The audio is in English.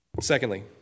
Secondly